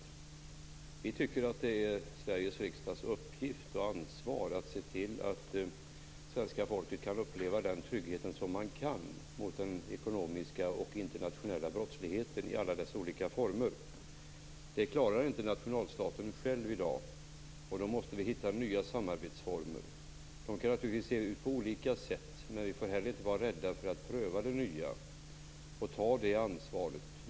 Vi tycker att det är Sveriges riksdags uppgift och ansvar att se till att svenska folket kan uppleva den trygghet som är möjlig mot den ekonomiska och internationella brottsligheten i alla dess olika former. Det klarar inte nationalstaten själv i dag. Då måste vi hitta nya samarbetsformer. De kan naturligtvis se ut på olika sätt. Men vi får inte vara rädda för att pröva det nya och ta det ansvaret.